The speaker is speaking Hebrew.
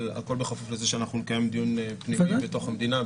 אבל הכול בכפוף לזה שנקיים דיון פנימי במדינה.